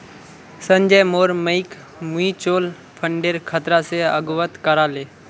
संजय मोर मइक म्यूचुअल फंडेर खतरा स अवगत करा ले